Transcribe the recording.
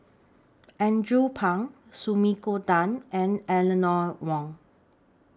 Andrew Phang Sumiko Tan and Eleanor Wong